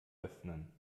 öffnen